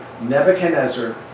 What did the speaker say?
Nebuchadnezzar